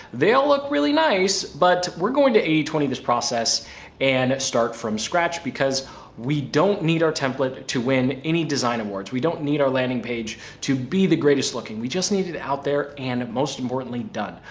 they'll look really nice, but we're going to eighty, twenty this process and start from scratch, because we don't need our template to win any design awards. we don't need our landing page to be the greatest looking. we just needed out there, and most importantly done.